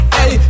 Hey